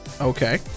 Okay